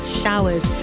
showers